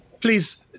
Please